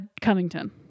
Cummington